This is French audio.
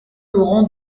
laurent